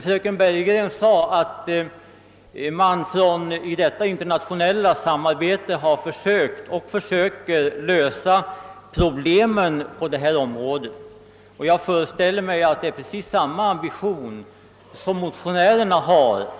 Fröken Bergegren sade att man i detta internationella samarbete har försökt och försöker lösa problemen på detta område, och jag föreställer mig att detta är precis samma ambition som motionärerna har.